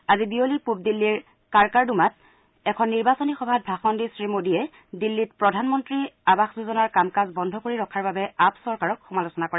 আজি বিয়লি পূব দিল্লীৰ কাৰ্কাৰডুমাত এখন নিৰ্বাচনী সভাত ভাষণ দি শ্ৰীমোডীয়ে প্ৰধানমন্তীৰ আৱাস যোজনাৰ কাম কাজ বন্ধ কৰি ৰখাৰ বাবে আপ চৰকাৰক সমালোচনা কৰে